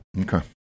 Okay